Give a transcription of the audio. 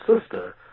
sister